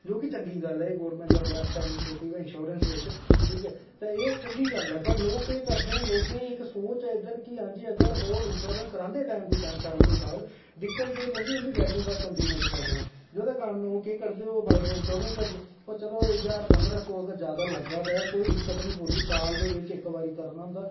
जो कि चंगी गल्ल ऐ जो कि अच्छा इनिशेटिव ऐ गोरमैंट दा एह् चंगी गल्ल ऐ वा लोग केह् करदे न लोकें दी इक सोच ऐ इद्धर कि ओह् अगर इंसोरैंस करांदे टाईम टू टाईम साल टू साल दिक्कत केह् होंदी उंदी बैल्यू घट्ट होंदी मोटर सैकलें दी जेह्दे कारन ओह् केह् करदे बाईक दा इंसोरैंस करदे चलो ज्हार पंदरां सौ जैदा पवा दा कोई दिक्कत नी ऐ साल दे इक बारी करना होंदा